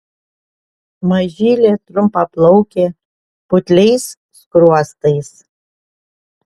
mažylė trumpaplaukė putliais skruostais